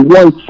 one